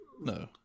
No